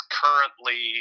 currently